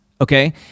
okay